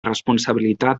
responsabilitat